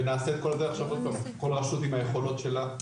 וכל רשות עם היכולות שלה.